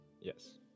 Yes